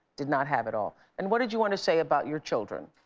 did not have at all. and what did you wanna say about your children?